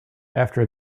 after